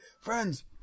friends